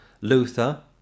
Luther